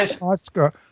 Oscar